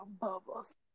bubbles